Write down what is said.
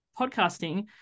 podcasting